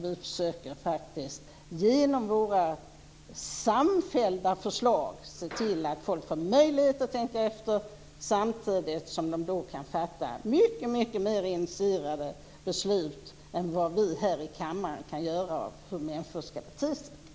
Vi försöker faktiskt, genom våra samfällda förslag, se till att folk får möjlighet att tänka efter samtidigt som de kan fatta mycket mer initierade beslut än vad vi här i kammaren kan göra om hur människor ska bete sig.